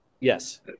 Yes